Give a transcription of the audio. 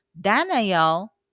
daniel